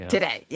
Today